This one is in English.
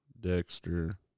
Dexter